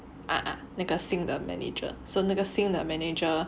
ah ah 那个新的 manager so 那个新的 manager